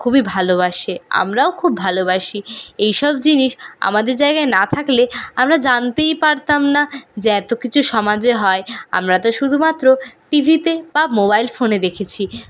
খুবই ভালোবাসে আমরাও খুব ভালোবাসি এই সব জিনিস আমাদের জায়গায় না থাকলে আমরা জানতেই পারতাম না যে এতো কিছু সমাজে হয় আমরা তো শুধু মাত্র টিভিতে বা মোবাইল ফোনে দেখেছি